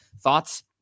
Thoughts